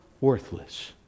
worthless